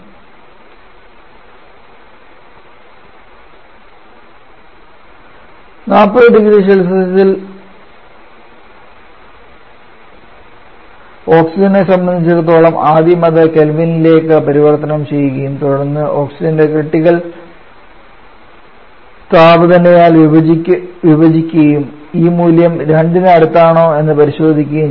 400Cയിൽ ഓക്സിജനെ സംബന്ധിച്ചിടത്തോളം ആദ്യം അത് കെൽവിനിലേക്ക് പരിവർത്തനം ചെയ്യുകയും തുടർന്ന് ഓക്സിജന്റെ ക്രിട്ടിക്കൽ താപനിലയാൽ വിഭജിക്കുകയും ഈ മൂല്യം 2 ന് അടുത്താണോ എന്ന് പരിശോധിക്കുകയും ചെയ്യും